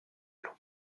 l’on